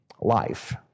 life